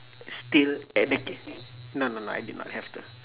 still at the ca~ no no no I did not have to